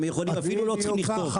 הם אפילו לא צריכים לכתוב.